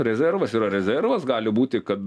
rezervas yra rezervas gali būti kad